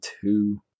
two